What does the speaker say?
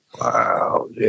Wow